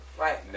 right